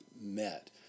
met